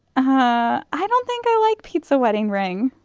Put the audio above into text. ah i don't think i like pizza wedding ring.